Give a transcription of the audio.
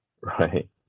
right